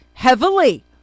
Heavily